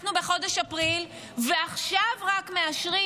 אנחנו בחודש אפריל ורק עכשיו מאשרים